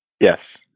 Yes